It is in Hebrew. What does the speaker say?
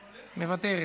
מוותרת,